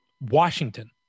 Washington